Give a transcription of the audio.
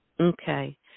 Okay